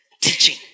teaching